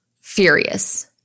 furious